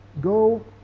go